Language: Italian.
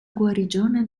guarigione